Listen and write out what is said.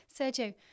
Sergio